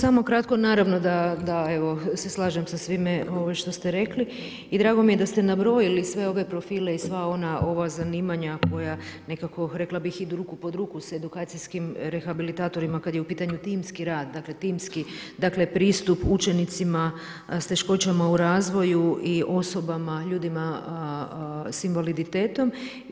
Ma samo kratko, naravno da se slažem sa svime što ste rekli i drago mi je da ste nabrojili sve ove profile i sva ova zanimanja koja nekako rekla idu ruku pod ruku sa edukacijskim rehabilitatorima kad je u pitanju timski rad, dakle timski pristup učenicima s teškoćama u razvoja i osobama, ljudima sa invaliditetom.